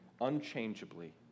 unchangeably